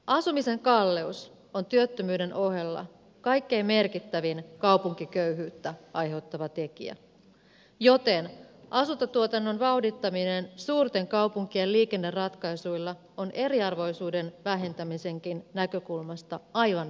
asumisen kalleus on työttömyyden ohella kaikkein merkittävin kaupunkiköyhyyttä aiheuttava tekijä joten asuntotuotannon vauhdittaminen suurten kaupunkien liikenneratkaisuilla on eriarvoisuuden vähentämisenkin näkökulmasta aivan välttämätöntä